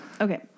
okay